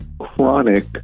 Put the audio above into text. chronic